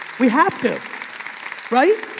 we have to right?